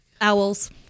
Owls